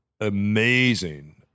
amazing